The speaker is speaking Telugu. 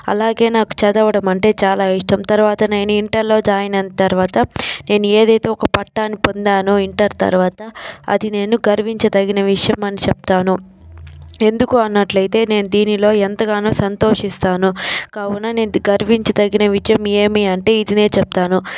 అలాగే నాకు చదవడం అంటే చాలా ఇష్టం తర్వాత నేను ఇంటర్లో జాయిన్ అయిన తర్వాత నేను ఏదైతే పట్టా అని పొందాను ఇంటర్ తర్వాత అది నేను గర్వించదగిన విషయం అని చెప్తాను ఎందుకు అన్నట్లయితే నేను దీనిలో ఎంతగానో సంతోషిస్తాను కావున నేను గర్వించి తగిన విజయం ఏమి అంటే ఇది నేను చెప్తాను